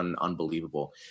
unbelievable